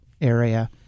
area